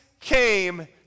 came